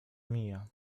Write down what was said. mija